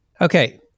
okay